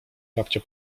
babcia